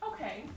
Okay